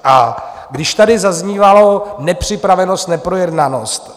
A když tady zaznívalo nepřipravenost, neprojednanost.